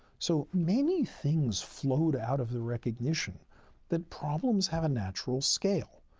so, many things float out of the recognition that problems have a natural scale.